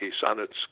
sonnets